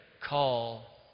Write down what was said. call